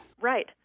Right